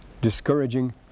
discouraging